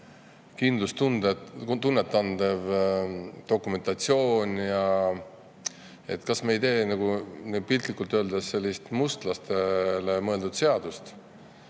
kindlustunnet andev dokumentatsioon. [Küsisin,] et kas me ei tee piltlikult öeldes sellist mustlastele mõeldud seadust.